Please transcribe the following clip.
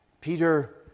Peter